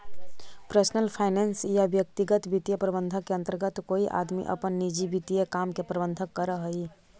personal finance या व्यक्तिगत वित्तीय प्रबंधन के अंतर्गत कोई आदमी अपन निजी वित्तीय काम के प्रबंधन करऽ हई